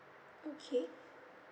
okay